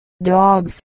dogs